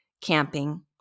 camping